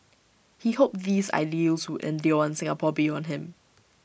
he hoped these ideals would endure in Singapore beyond him